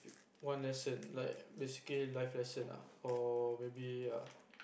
one lesson like basically life lesson ah or maybe ah